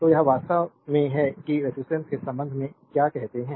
तो यह वास्तव में है कि रेजिस्टेंस के संबंध में क्या कहते हैं